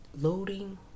loading